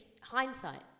hindsight